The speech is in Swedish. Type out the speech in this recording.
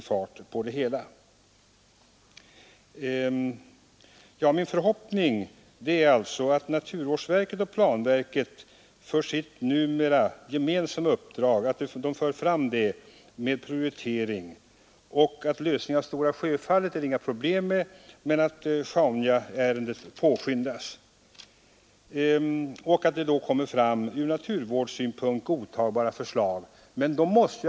Jag är i alla fall tacksam för utskottets klara uttalande.